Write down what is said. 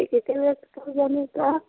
इतने कम जने का